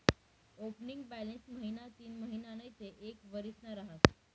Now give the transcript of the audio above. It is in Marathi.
ओपनिंग बॅलन्स महिना तीनमहिना नैते एक वरीसना रहास